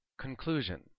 Conclusion